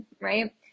right